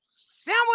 Sandwich